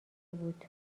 بود